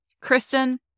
Kristen